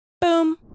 Boom